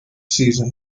season